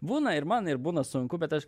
būna ir man ir būna sunku bet aš